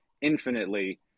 infinitely